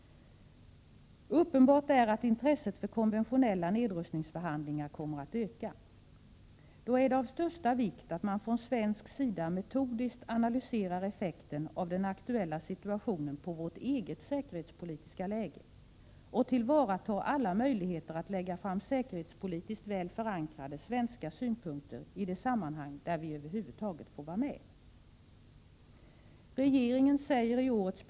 Uppenbart är att intresset för konventionella nedrustningsförhandlingar kommer att öka. Då är det av största vikt att man från svensk sida metodiskt analyserar effekten av den aktuella situationen på vårt eget säkerhetspolitiska läge och tillvaratar alla möjligheter att lägga fram säkerhetspolitiskt väl förankrade svenska synpunkter i de sammanhang där vi över huvud taget får vara med.